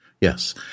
yes